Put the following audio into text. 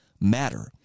matter